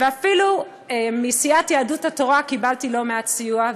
ואפילו מסיעת יהדות התורה קיבלתי לא מעט סיוע,